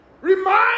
remind